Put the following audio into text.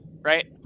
Right